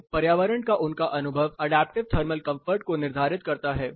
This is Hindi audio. तो पर्यावरण का उनका अनुभव अडैप्टिव थर्मल कंफर्ट को निर्धारित करता है